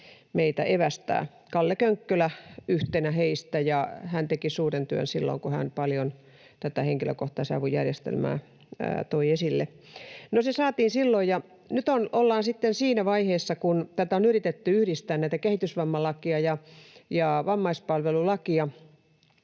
meitä evästää, Kalle Könkkölä yhtenä heistä. Hän teki suuren työn silloin, kun hän paljon tätä henkilökohtaisen avun järjestelmää toi esille. No se saatiin silloin, ja nyt ollaan sitten siinä vaiheessa, kun tätä kehitysvammalakia ja vammaispalvelulakia